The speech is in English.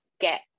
get